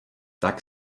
tak